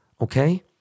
okay